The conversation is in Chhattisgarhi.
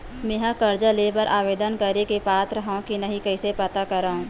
मेंहा कर्जा ले बर आवेदन करे के पात्र हव की नहीं कइसे पता करव?